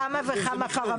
יש פה כמה וכמה פרמטרים.